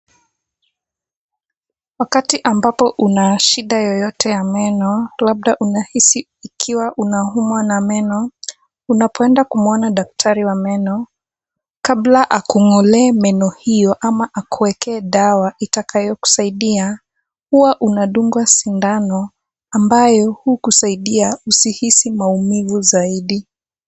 Wakati ambapo unashida yeyote ya meno, labda unahizi ikiwa unaumwa na meno. Unapoenda kumwuona daktari wa meno kabla akung'ole meno hiyo ama akuwekee dawa itakayo kusaidia huwa unadungwa shindano ambayo ukusaidia kuhisi maumivu zaidi.